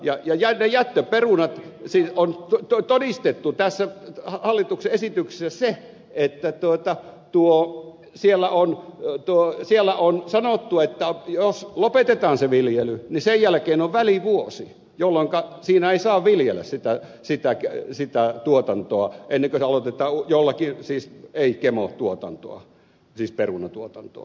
ja jättöperunoista on todistettu tässä hallituksen esityksessä niin että siellä on sanottu että jos lopetetaan se viljely niin sen jälkeen on välivuosi jolloinka siinä ei saa viljellä sitä tuotantoa ennen kuin aloitetaan jollakin muulla ei siis gemotuotantoa siis perunatuotantoa